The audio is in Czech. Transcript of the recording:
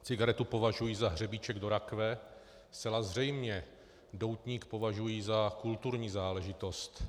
Cigaretu považuji za hřebíček do rakve, zcela zřejmě doutník považuji za kulturní záležitost.